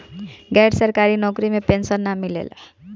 गैर सरकारी नउकरी में पेंशन ना मिलेला